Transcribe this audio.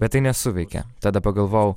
bet tai nesuveikė tada pagalvojau